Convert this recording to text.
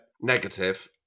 Negative